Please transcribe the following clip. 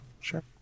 Sure